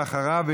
ואחריו,